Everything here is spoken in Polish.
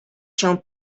się